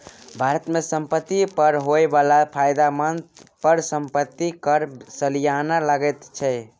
भारत मे संपत्ति पर होए बला फायदा पर संपत्ति कर सलियाना लगैत छै